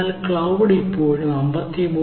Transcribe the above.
എന്നാൽ ക്ളൌഡ് ഇപ്പോഴും 53